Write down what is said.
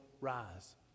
rise